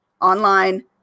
online